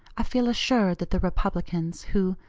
i feel assured that the republicans, who,